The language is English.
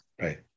right